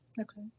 Okay